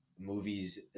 movies